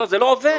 זה לא עובד.